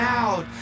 out